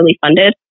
funded